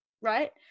right